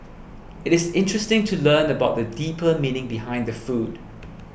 it is interesting to learn about the deeper meaning behind the food